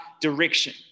direction